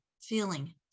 feeling